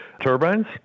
turbines